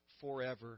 forever